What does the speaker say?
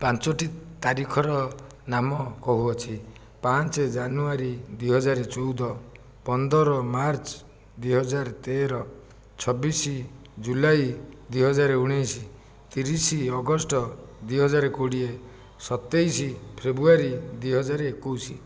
ପାଞ୍ଚଟି ତାରିଖର ନାମ କହୁଅଛି ପାଞ୍ଚ ଜାନୁଆରୀ ଦୁଇ ହଜାର ଚଉଦ ପନ୍ଦର ମାର୍ଚ୍ଚ ଦୁଇ ହଜାର ତେର ଛବିଶ ଜୁଲାଇ ଦୁଇ ହଜାର ଉଣେଇଶ ତିରିଶ ଅଗଷ୍ଟ ଦୁଇ ହଜାର କୋଡ଼ିଏ ସତେଇଶ ଫେବୃଆରୀ ଦୁଇ ହଜାର ଏକୋଇଶ